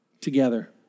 together